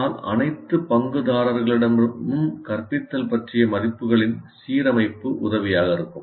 ஆனால் அனைத்து பங்குதாரர்களிடமும் கற்பித்தல் பற்றிய மதிப்புகளின் சீரமைப்பு உதவியாக இருக்கும்